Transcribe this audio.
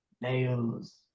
nails